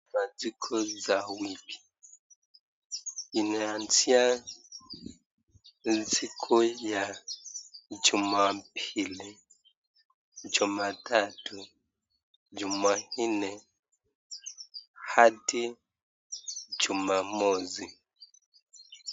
Masiku za wiki imeanzia siku ya Jumapili, Jumatatu, Juma nne, Hadi Jumamosi.